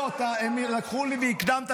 לא, הם לקחו לי והקדמת.